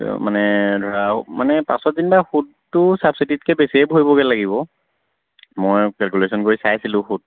মানে ধৰা আৰু মানে পাছত যেনিবা সুদটো ছাবচিডিতকৈ বেছিয়ে ভৰিবগৈ লাগিব মই কেলকুলেশ্যন কৰি চাইছিলোঁ সুত